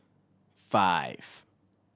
five